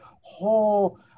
whole